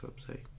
website